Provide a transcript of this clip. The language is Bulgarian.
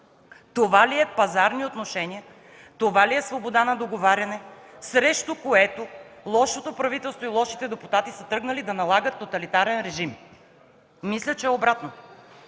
Това ли са пазарни отношения?! Това ли е свободата на договаряне, срещу която лошото правителство и лошите депутати са тръгнали да налагат тоталитарен режим? Мисля, че е обратното.